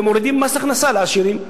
ומורידים מס הכנסה לעשירים.